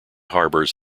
harbors